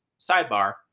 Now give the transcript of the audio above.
sidebar